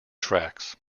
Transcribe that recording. tracks